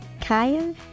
Kaya